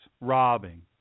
robbing